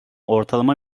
ortalama